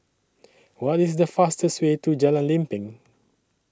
What IS The fastest Way to Jalan Lempeng